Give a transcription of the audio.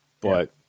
But-